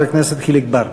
חבר הכנסת חיליק בר.